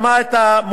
שמע את המומחים,